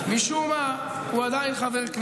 אל תחזירי אותנו לשפה של 6 באוקטובר.